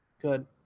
Good